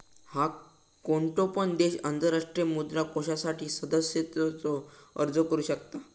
हा, कोणतो पण देश आंतरराष्ट्रीय मुद्रा कोषासाठी सदस्यतेचो अर्ज करू शकता